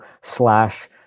slash